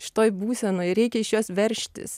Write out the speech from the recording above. šitoj būsenoj reikia iš jos veržtis